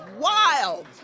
wild